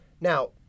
Now